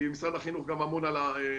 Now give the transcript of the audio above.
כי משרד החינוך אמון על הנושא.